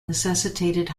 necessitated